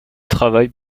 travaille